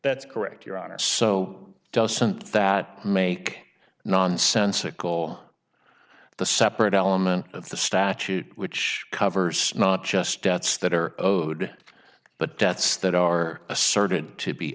that's correct your honor so doesn't that make nonsensical the separate element of the statute which covers not just debts that are owed but debts that are asserted to be